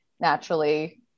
naturally